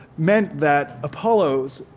meant that apollo's,